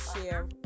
share